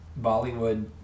Bollywood